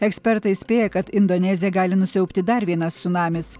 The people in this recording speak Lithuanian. ekspertai įspėja kad indoneziją gali nusiaubti dar vienas cunamis